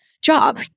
job